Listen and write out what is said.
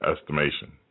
estimation